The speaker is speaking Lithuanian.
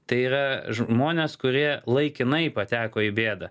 tai yra žmonės kurie laikinai pateko į bėdą